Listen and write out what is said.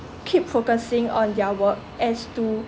keep focusing on their work as to